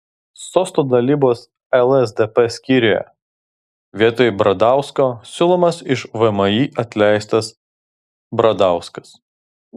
sostų dalybos lsdp skyriuje vietoj bradausko siūlomas iš vmi atleistas bradauskas